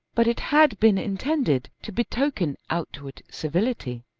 but it had been intended to betoken outward civility.